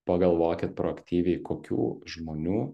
pagalvokit proaktyviai kokių žmonių